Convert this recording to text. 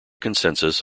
consensus